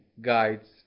guides